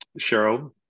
Cheryl